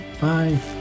Bye